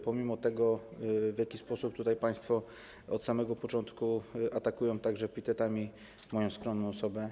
pomimo tego, w jaki sposób tutaj państwo od samego początku atakują epitetami moją skromną osobę.